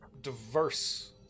diverse